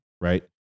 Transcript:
right